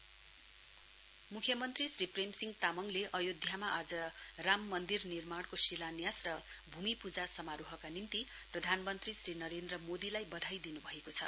CM Ram temple मुख्यमन्त्री श्री प्रेम सिंह तामाङले अयोध्यामा आज राम मन्दिर निर्माणको शिलान्युस र भूमि पूजा समारोहका निम्ति प्रधानमन्त्री श्री नरेन्द्र मोदीलाई बधाई दिनु भएको छ